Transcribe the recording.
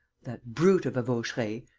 that brute of a vaucheray,